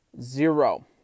zero